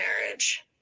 marriage